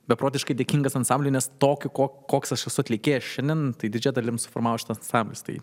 beprotiškai dėkingas ansambliui nes tokiu koks aš esu atlikėjas šiandien tai didžia dalim suformavo šitas ansamblis tai